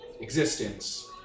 existence